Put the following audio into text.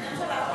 אתם שלחתם,